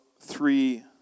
three